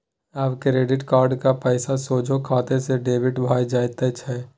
आब credit card क पैसा सोझे खाते सँ डेबिट भए जाइत छै